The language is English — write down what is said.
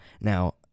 Now